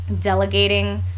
delegating